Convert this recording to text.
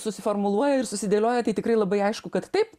susiformuluoja ir susidėlioja tai tikrai labai aišku kad taip